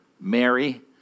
Mary